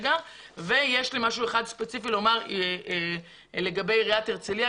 משהו אחד ספציפי לגבי עיריית הרצליה.